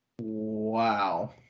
Wow